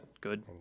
Good